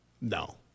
No